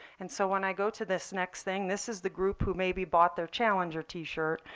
and so when i go to this next thing, this is the group who maybe bought their challenger t-shirt.